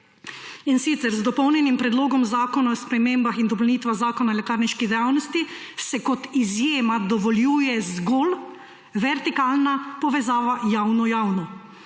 In sicer, z dopolnjenim Predlogom zakona o spremembah in dopolnitvah Zakona o lekarniški dejavnosti se kot izjema dovoljuje zgolj vertikalna povezava javno–javno.